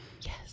Yes